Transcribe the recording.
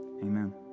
Amen